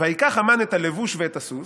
"ויקח המן את הלבוש ואת הסוס"